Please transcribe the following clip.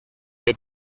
qué